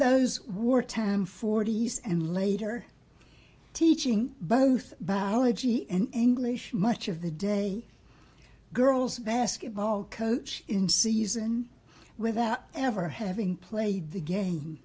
those wartime forty years and later teaching both biology and english much of the day girls basketball coach in season without ever having played the game